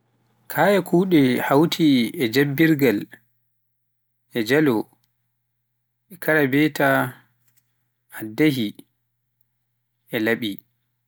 kaaya kuuɗe hawti e jabbargal, jaalo, karabeta, addahi, e laaɓi